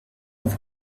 with